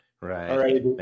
Right